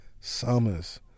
summers